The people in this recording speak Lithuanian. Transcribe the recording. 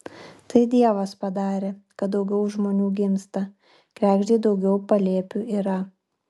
tai dievas padarė kad daugiau žmonių gimsta kregždei daugiau palėpių yra